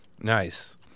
Nice